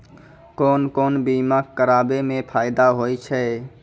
कोन कोन बीमा कराबै मे फायदा होय होय छै?